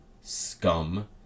scum